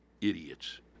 idiots